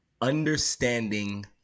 understanding